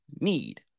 need